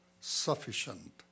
sufficient